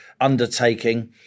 undertaking